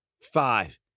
five